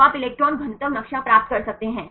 तो आप इलेक्ट्रॉन घनत्व नक्शा प्राप्त कर सकते हैं